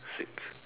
six